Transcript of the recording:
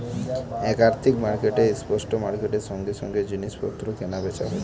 এক আর্থিক মার্কেটে স্পট মার্কেটের সঙ্গে সঙ্গে জিনিস পত্র কেনা বেচা হয়